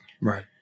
Right